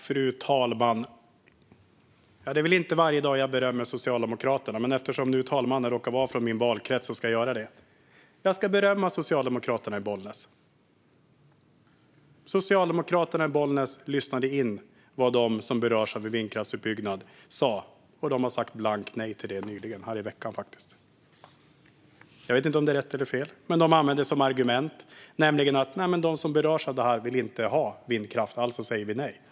Fru talman! Det är väl inte varje dag jag berömmer Socialdemokraterna, men eftersom fru talmannen råkar vara från min valkrets ska jag berömma Socialdemokraterna i Bollnäs. Socialdemokraterna i Bollnäs lyssnade in vad de som berörs av vindkraftsutbyggnaden sa, och man har nyligen sagt blankt nej till den - nu i veckan, faktiskt. Jag vet inte om det är rätt eller fel, men man använder som argument att de som berörs av detta inte vill ha vindkraft. Alltså säger man nej.